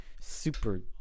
super